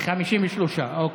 זה 53, אוקיי,